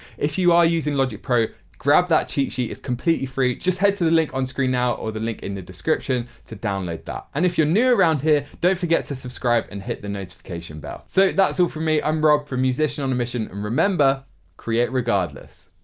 if you are using logic pro grab that cheat sheet. it's completely free. just head to the link on screen now or the link in the description to download that. and if you are new around here don't forget to subscribe and hit the notification bell. so, that's all so from me. i am rob from musician on a mission and remember create regardless.